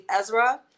Ezra